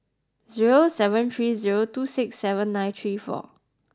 zero seven three zero two six seven nine three four